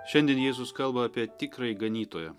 šiandien jėzus kalba apie tikrąjį ganytoją